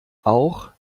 auch